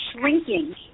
shrinking